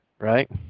right